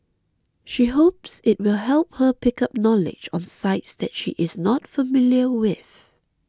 she hopes it will help her pick up knowledge on sites that she is not familiar with